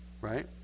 right